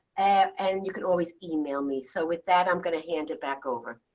and you can always email me. so with that, i'm going to hand it back over.